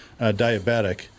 diabetic